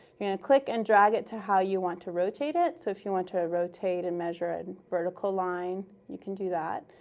you're going to click and drag it to how you want to rotate it. so if you want to rotate and measure a and vertical line, you can do that,